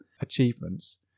achievements